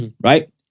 Right